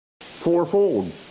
fourfold